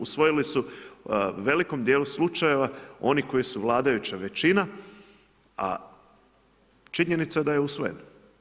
Usvojili su u velikom dijelu slučajeva oni koji su vladajuća većina a činjenica da je usvojen.